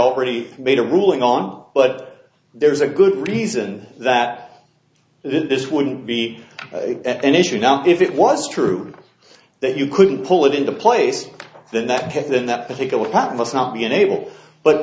already made a ruling on but there's a good reason that this wouldn't be an issue now if it was true that you couldn't pull it into place than that because then that particular plant must not be enabled but